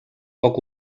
poc